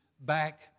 back